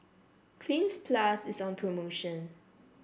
Cleanz Plus is on promotion